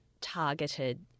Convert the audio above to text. targeted